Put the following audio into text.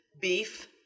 beef